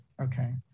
okay